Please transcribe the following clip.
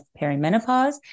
perimenopause